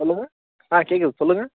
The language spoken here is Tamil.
சொல்லுங்கள் ஆ கேட்குது சொல்லுங்கள்